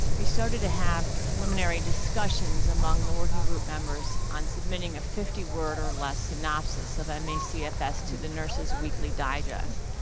we started to have preliminary discussions among the working group members on submitting a fifty word or less synopsis of um me cfs to the nurses weekly digest.